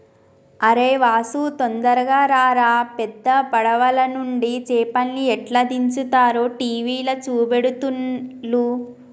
అరేయ్ వాసు తొందరగా రారా పెద్ద పడవలనుండి చేపల్ని ఎట్లా దించుతారో టీవీల చూపెడుతుల్ను